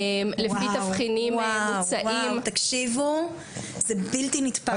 לפי תבחינים מוצעים --- תקשיבו, זה בלתי נתפס.